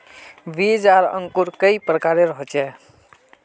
बीज आर अंकूर कई प्रकार होचे?